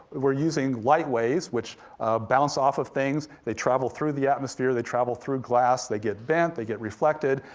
we're using light waves, which bounce off of things, they travel through the atmosphere, they travel through glass, they get bent, they get reflected,